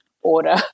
order